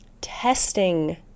testing